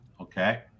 Okay